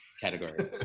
Category